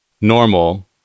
normal